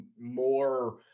more